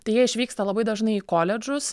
tai jie išvyksta labai dažnai į koledžus